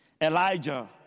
Elijah